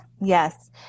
Yes